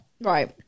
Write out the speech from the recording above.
Right